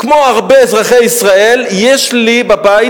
כמו הרבה אזרחי ישראל, יש לי בבית